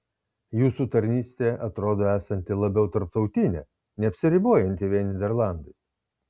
jūsų tarnystė atrodo esanti labiau tarptautinė neapsiribojanti vien nyderlandais